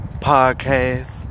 Podcast